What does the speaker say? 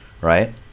Right